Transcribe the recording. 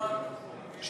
בהצבעה.